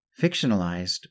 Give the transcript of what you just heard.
fictionalized